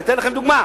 אני אתן לכם דוגמה,